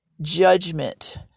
judgment